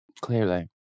Clearly